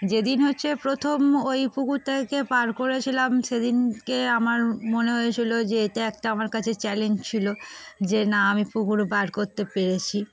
যেদিন হচ্ছে প্রথম ওই পুকুরটাকে করেছিলাম সেদিনকে আমার মনে হয়েছিলো যে এটা একটা আমার কাছে চ্যালেঞ্জ ছিল যে না আমি পুকুর বার করতে পেরেছি